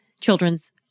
children's